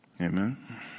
Amen